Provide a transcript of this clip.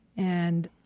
and,